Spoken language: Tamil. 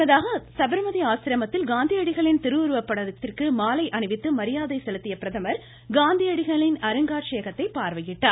முன்னதாக சபா்மதி ஆசிரமத்தில் காந்தியடிகளின் திருவுருவ படத்திற்கு மாலை அணிவித்து மரியாதை செலுத்திய பிரதமர் காந்தியடிகளின் அருங்காட்சியகத்தை பார்வையிட்டார்